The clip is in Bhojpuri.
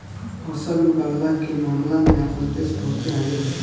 फसल उगवला के मामला में आपन देश बहुते आगे हवे